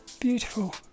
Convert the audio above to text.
Beautiful